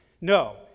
No